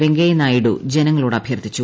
വെങ്കയ്യനായിഡു ജനങ്ങളോട് അഭ്യർത്ഥിച്ചു